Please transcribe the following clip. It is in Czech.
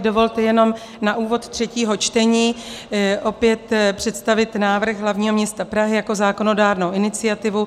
Dovolte jenom na úvod třetího čtení opět představit návrh hlavního města Prahy jako zákonodárnou iniciativu.